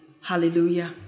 Hallelujah